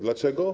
Dlaczego?